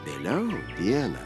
vėliau dieną